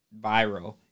viral